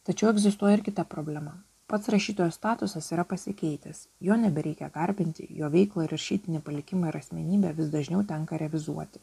tačiau egzistuoja ir kita problema pats rašytojo statusas yra pasikeitęs jo nebereikia garbinti jo veiklą ir rašytinį palikimą ir asmenybę vis dažniau tenka revizuoti